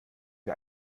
wir